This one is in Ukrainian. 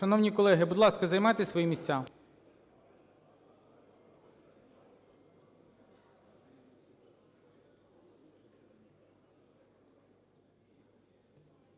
Шановні колеги, будь ласка, займіть свої місця,